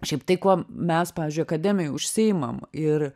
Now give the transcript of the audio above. šiaip tai kuo mes pavyzdžiui akademijoj užsiimam ir